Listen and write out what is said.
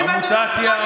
המוטציה,